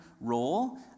role